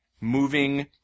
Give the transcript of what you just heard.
moving